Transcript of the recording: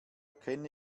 kenne